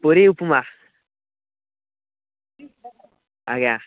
ପୁରୀ ଉପମା ଆଜ୍ଞା